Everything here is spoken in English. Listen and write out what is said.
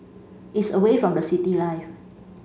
it's away from the city life